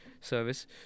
service